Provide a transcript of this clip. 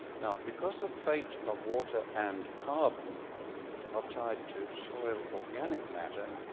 now, because the fate of water and carbon are tied to soil organic matter,